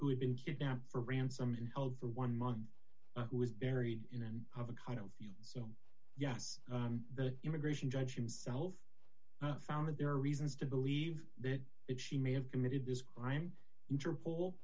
who had been kidnapped for ransom held for one month who was buried in and have a kind of you so yes the immigration judge himself found that there are reasons to believe that she may have committed this crime interpol